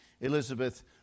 Elizabeth